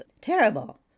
terrible